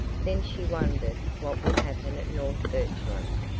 then she wondered what would happen at north birchland.